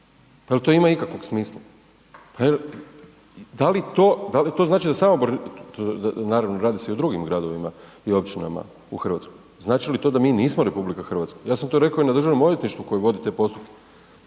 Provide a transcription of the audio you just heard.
da li to, da li to znači da Samobor, naravno radi se i o drugim gradovima i općinama u RH, znači li to da mi nismo RH? Ja sam to rekao i na državnom odvjetništvu koji vodi te postupke,